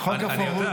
אני יודע.